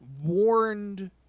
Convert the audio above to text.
warned